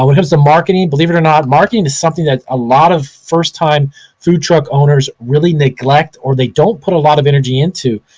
um when it comes to marketing, believe it or not, marketing is something that a lot of first time food truck owners really neglect, or they don't put a lot of energy into.